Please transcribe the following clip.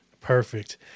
Perfect